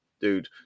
dude